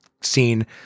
scene